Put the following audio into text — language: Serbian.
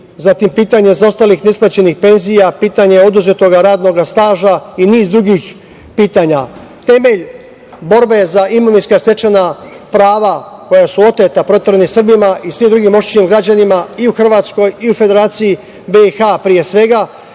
zatim, pitanje zaostalih neisplaćenih penzija, pitanje oduzetog radnog staža i niz drugih pitanja. Temelj borbe za imovinska stečena prava koja su oteta proteranim Srbima i svim drugim oštećenim građanima i u Hrvatskoj i u Federaciji BiH, pre svega,